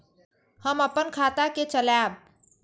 हम अपन खाता के चलाब?